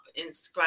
Instagram